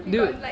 dude